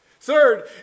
Third